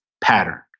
Pattern